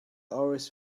always